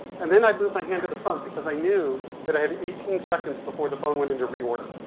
and then i'd move my hand to the front because i knew that i had eighteen seconds before the phone went into reorder,